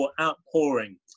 outpouring